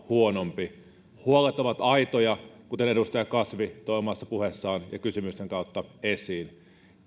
huonompi huolet ovat aitoja kuten edustaja kasvi toi omassa puheessaan ja kysymysten kautta esiin